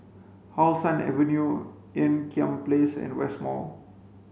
how Sun Avenue Ean Kiam Place and West Mall